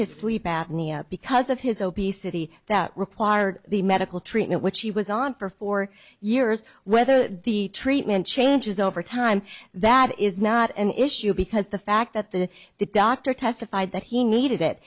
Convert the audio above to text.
his sleep apnea because of his obesity that required the medical treatment which he was on for four years whether the treatment changes over time that is not an issue because the fact that the the doctor testified that he needed it